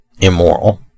immoral